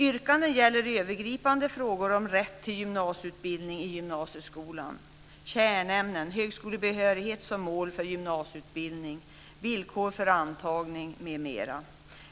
Yrkandena gäller övergripande frågor om rätt till gymnasieutbildning i gymnasieskolan, kärnämnen, högskolebehörighet som mål för gymnasieutbildning, villkor för antagning m.m.